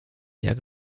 jak